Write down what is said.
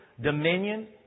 Dominion